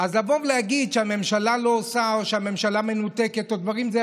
אז לבוא ולהגיד שהממשלה לא עושה או שהממשלה מנותקת או הדברים האלה,